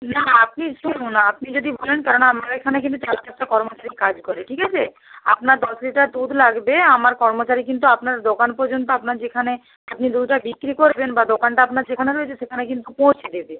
না আপনি শুনুন আপনি যদি বলেন কেননা আমরা এখানে কিন্তু চার চারটা কর্মচারী কাজ করে ঠিক আছে আপনার দশ লিটার দুধ লাগবে আমার কর্মচারী কিন্তু আপনার দোকান পর্যন্ত আপনার যেখানে আপনি দুধটা বিক্রি করবেন বা দোকানটা আপনার যেখানে রয়েছে সেখানে কিন্তু পোঁছে দেবে